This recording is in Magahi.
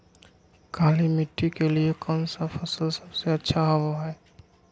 काली मिट्टी के लिए कौन फसल सब से अच्छा होबो हाय?